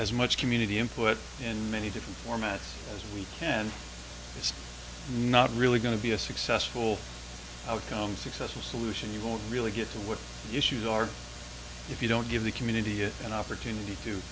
as much community input in many different formats as we can it's not really going to be a successful outcome successful solution you won't really get to what issues are if you don't give the community is an opportunity to